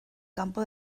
campo